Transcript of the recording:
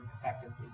effectively